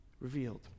revealed